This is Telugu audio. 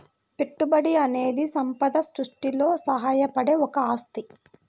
పెట్టుబడి అనేది సంపద సృష్టిలో సహాయపడే ఒక ఆస్తి